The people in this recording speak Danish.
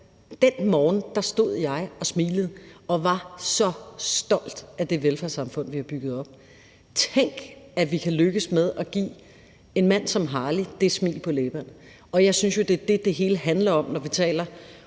Den morgen stod jeg og smilede og var så stolt af det velfærdssamfund, vi har bygget op. Tænk, at vi kan lykkes med at give en mand som Harly det smil på læben. Jeg synes jo, det er det, det hele handler om, når vi taler